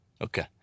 Okay